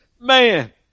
man